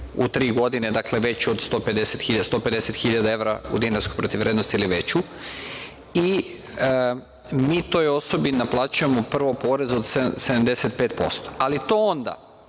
u tri godine, dakle, veću od 150 hiljada evra u dinarskoj protivvrednosti ili veću, i mi toj osobi naplaćujemo, prvo, porez od 75%, ali to onda,